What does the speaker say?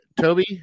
Toby